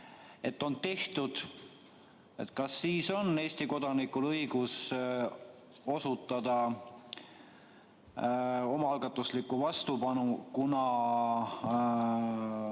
on tehtud, on Eesti kodanikul õigus osutada omaalgatuslikku vastupanu, kuna